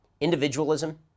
individualism